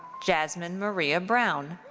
jasmine maria brown.